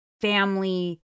family